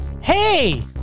hey